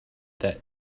that